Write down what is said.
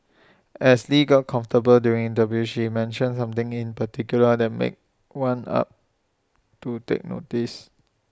as lee got comfortable during the view she mentioned something in particular that made one up to take notice